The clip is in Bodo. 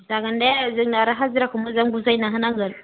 जागोन दे जोंनो आरो हाजिराखौ मोजां बुजायना होनांगोन